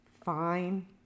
fine